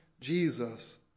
Jesus